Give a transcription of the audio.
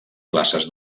classes